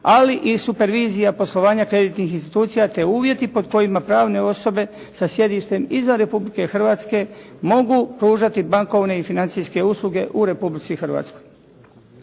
ali i supervizija poslovanja kreditnih institucija te uvjeti pod kojima pravne osobe sa sjedištem i za Republiku Hrvatsku mogu pružati bankovne i financijske usluge u Republici Hrvatskoj.